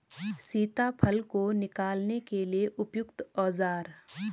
सीताफल को निकालने के लिए उपयुक्त औज़ार?